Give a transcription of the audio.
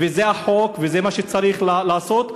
וזה החוק וזה מה שצריך לעשות.